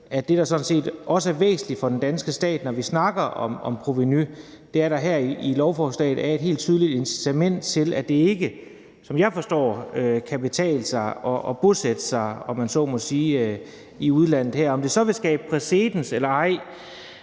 set også er væsentligt for den danske stat, når vi snakker om provenu, er, at der her i lovforslaget er et helt tydeligt incitament til, at det ikke, som jeg forstår det, kan betale sig at bosætte sig i udlandet. Om det så vil skabe præcedens eller ej,